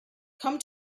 come